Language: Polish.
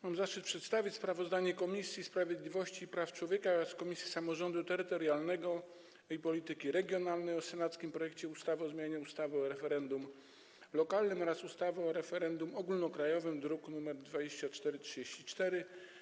Mam zaszczyt przedstawić sprawozdanie Komisji Sprawiedliwości i Praw Człowieka oraz Komisji Samorządu Terytorialnego i Polityki Regionalnej o senackim projekcie ustawy o zmianie ustawy o referendum lokalnym oraz ustawy o referendum ogólnokrajowym, druk nr 2434.